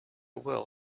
will